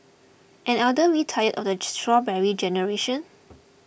and aren't we tired of the strawberry generation